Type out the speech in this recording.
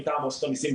מטעם רשות המיסים,